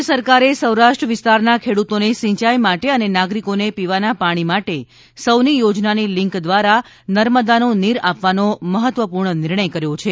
રાજ્ય સરકારે સૌરાષ્ટ્ર વિસ્તારના ખેડૂતોને સિંયાઈ માટે અને નાગરિકોને પીવાના પાણી માટે સૌની યોજનાની લિંક કેનાલ દ્વારા નર્મદાનું નીર આપવાનો મહત્વનો નિર્ણય કર્યો છે